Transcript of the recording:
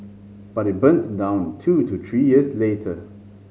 but it burned down two to three years later